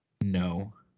No